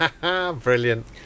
brilliant